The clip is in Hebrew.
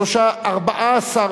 סעיפים 1 2 נתקבלו.